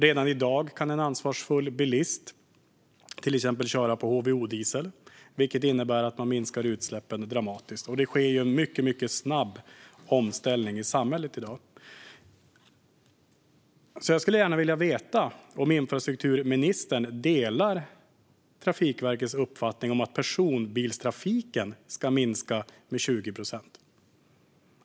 Redan i dag kan en ansvarsfull bilist till exempel köra på HVO-diesel, vilket innebär att man minskar utsläppen dramatiskt. Det sker en mycket snabb omställning i samhället i dag. Jag skulle gärna vilja veta om infrastrukturministern delar Trafikverkets uppfattning om att personbilstrafiken ska minska med 20 procent.